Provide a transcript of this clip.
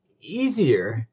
easier